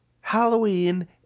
halloween